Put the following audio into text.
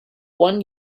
one